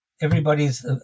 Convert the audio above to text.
everybody's